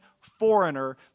foreigner